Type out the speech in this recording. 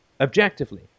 objectively